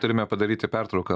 turime padaryti pertrauką